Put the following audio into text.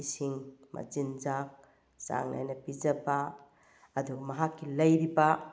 ꯏꯁꯤꯡ ꯃꯆꯤꯟꯖꯥꯛ ꯆꯥꯡ ꯅꯥꯏꯅ ꯄꯤꯖꯕ ꯑꯗꯨ ꯃꯍꯥꯛꯀꯤ ꯂꯩꯔꯤꯕ